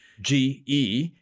GE